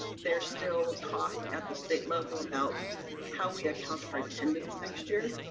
they're still talk at the state level about how we account for attendance next year,